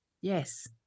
Yes